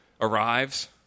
arrives